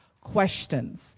questions